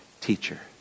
teacher